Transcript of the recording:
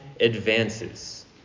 advances